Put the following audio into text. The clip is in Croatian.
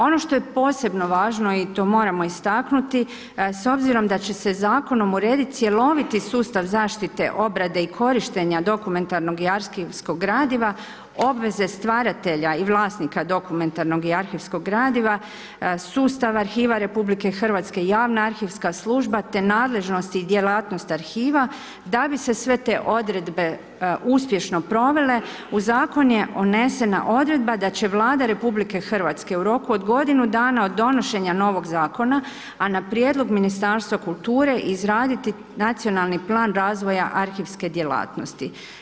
Ono što je posebno važno i to moramo istaknuti, s obzirom da će se zakonom urediti cjeloviti sustav zaštite, obrade i korištenja dokumentarnog i arhivskog gradiva, obveze stvaratelja i vlasnika dokumentarnog i arhivskog gradiva, sustav arhiva RH i javna arhivska služba te nadležnosti i djelatnosti arhiva da bi se sve te odredbe uspješno provele, u zakon je unesena odredba da će Vlada RH u roku od godinu dana od donošenja novog zakona a na prijedlog Ministarstva kulture, izraditi Nacionalni plan razvoja arhivske djelatnosti.